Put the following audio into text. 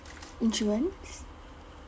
insurance